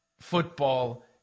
football